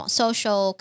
social